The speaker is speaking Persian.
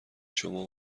شما